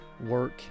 work